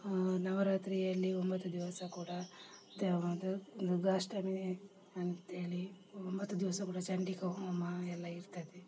ನವರಾತ್ರಿಯಲ್ಲಿ ಒಂಬತ್ತು ದಿವಸ ಕೂಡ ದ್ ಅದು ದುರ್ಗಾಷ್ಟಮಿ ಅಂತೇಳಿ ಒಂಬತ್ತು ದಿವಸ ಕೂಡ ಚಂಡಿಕಾ ಹೋಮ ಎಲ್ಲ ಇರ್ತದೆ